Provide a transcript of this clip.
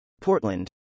Portland